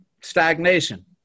stagnation